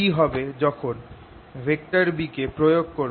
কি হবে যখন B কে প্রয়োগ করব